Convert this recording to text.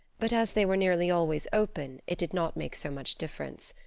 but as they were nearly always open it did not make so much difference.